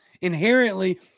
inherently